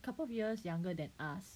couple of years younger than us